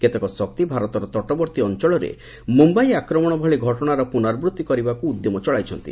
କେତେକ ଶକ୍ତି ଭାରତର ତଟବର୍ତ୍ତୀ ଅଞ୍ଚଳରେ ମୁମ୍ବାଇ ଆକ୍ରମଣ ଭଳି ଘଟଣାର ପୁନରାବୂତ୍ତି କରିବାକୁ ଉଦ୍ୟମ ଚଳାଇଛନ୍ତି